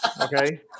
Okay